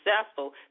successful